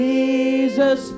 Jesus